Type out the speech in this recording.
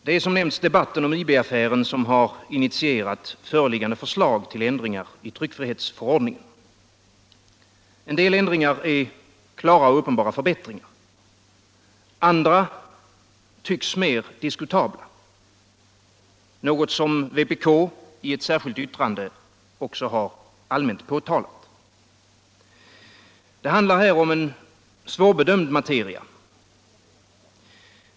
Herr talman! Det är, som nämnts, debatten om IB-affären som har initierat föreliggande förslag till ändringar i tryckfrihetsförordningen. En del förändringar är klara och uppenbara förbättringar. Andra tycks mer diskutabla, något som vpk i ett särskilt yttrande också har påtalat. Det handlar om en svårbedömd materia.